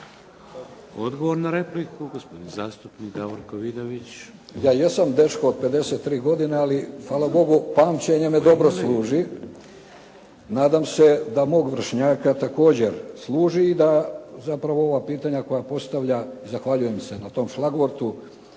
Odgovor na repliku, gospodin zastupnik Davorko Vidović. **Vidović, Davorko (SDP)** Ja jesam dečko od 53 godine, ali hvala Bogu pamćenje me dobro služi. Nadam se da moga vršnjaka također služi i da zapravo ova pitanja koja postavlja, zahvaljujem se na tom šlagvortu,